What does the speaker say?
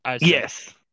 Yes